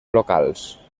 locals